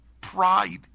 Pride